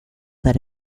that